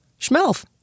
Schmelf